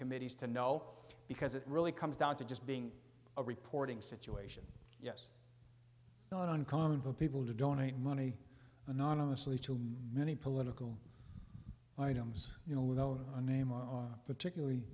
committees to know because it really comes down to just being a reporting situation yes not uncommon for people to donate money anonymously to many political items you know with own a name or particularly